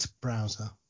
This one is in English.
browser